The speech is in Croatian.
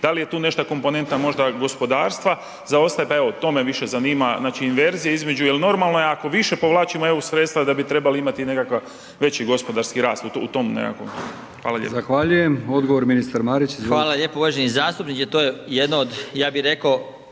dal je tu nešta komponenta možda gospodarstva zaostaje, pa evo to me više zanima, znači inverzija između, jel normalno je ako više povlačimo EU sredstva da bi trebali imati nekakav veći gospodarski rast u tom nekakvom. Hvala lijepa. **Brkić, Milijan (HDZ)** Zahvaljujem. Odgovor ministar Marić, izvolite. **Marić, Zdravko** Hvala lijepo. Uvaženi zastupniče, to je jedno od ja bi reko